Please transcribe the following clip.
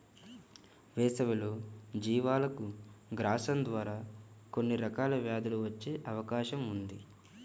వేసవిలో జీవాలకు గ్రాసం ద్వారా కొన్ని రకాల వ్యాధులు వచ్చే అవకాశం ఉంది